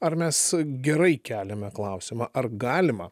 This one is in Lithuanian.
ar mes gerai keliame klausimą ar galima